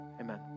amen